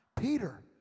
Peter